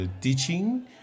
teaching